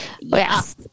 Yes